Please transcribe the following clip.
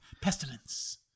pestilence